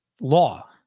law